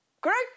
Correct